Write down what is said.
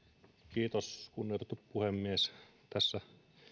kiitos kunnioitettu puhemies tässä